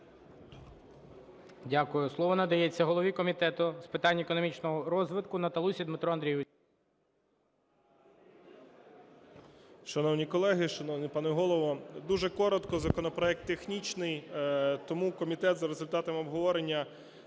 Дякую. Слово надається голові Комітету з питань економічного розвитку Наталусі Дмитру Андрійовичу.